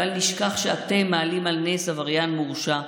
בל נשכח שאתם מעלים על נס עבריין מורשע,